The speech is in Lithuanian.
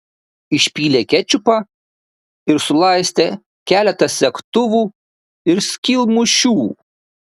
išpylė kečupą ir sulaistė keletą segtuvų ir skylmušių